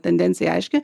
tendencija aiški